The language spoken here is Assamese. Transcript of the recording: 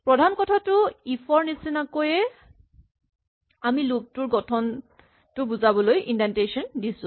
প্ৰধান কথাটো ইফ ৰ নিচিনাকৈয়ে আমি লুপ টোৰ গঠনটো বুজাবলৈ ইন্ডেন্টেচন দিছো